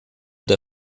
der